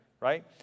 right